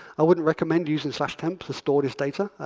i wouldn't recommend using temp to store as data,